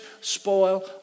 spoil